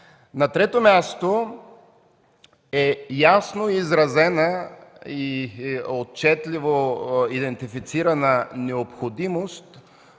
На трето място е ясно изразена и отчетливо идентифицирана необходимостта